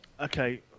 Okay